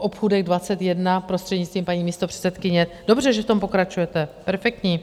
Obchůdek 21, prostřednictvím paní místopředsedkyně, dobře, že v tom pokračujete, perfektní.